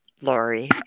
Lori